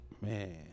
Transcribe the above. Man